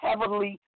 heavenly